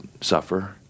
suffer